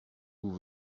vous